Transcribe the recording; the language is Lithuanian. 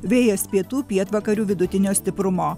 vėjas pietų pietvakarių vidutinio stiprumo